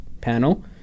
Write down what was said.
panel